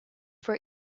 for